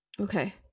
okay